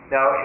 Now